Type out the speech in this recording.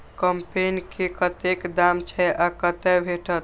कम्पेन के कतेक दाम छै आ कतय भेटत?